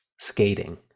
skating